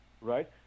right